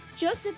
Joseph